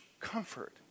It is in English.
comfort